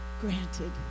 granted